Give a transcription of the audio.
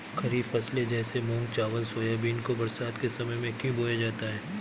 खरीफ फसले जैसे मूंग चावल सोयाबीन को बरसात के समय में क्यो बोया जाता है?